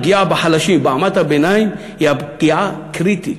הפגיעה בחלשים ובמעמד הביניים היא פגיעה קריטית.